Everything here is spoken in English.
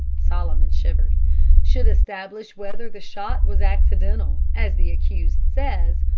solomon shivered should establish whether the shot was accidental, as the accused says,